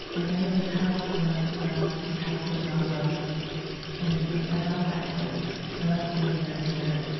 my grandmother's house was um a craftsman bungalow and um i loved that place. i loved being there with her,